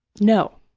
no.